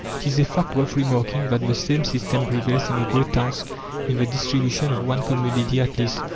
it is a fact worth remarking that the same system prevails in the great towns in the distribution of one commodity at least,